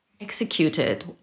executed